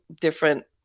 different